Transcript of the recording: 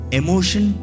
emotion